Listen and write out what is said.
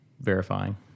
verifying